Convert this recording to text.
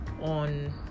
on